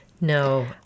No